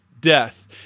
death